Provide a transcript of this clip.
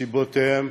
מסיבותיהם,